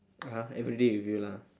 (uh huh) everyday with you lah